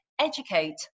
educate